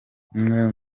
umwe